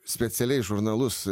specialiai žurnalus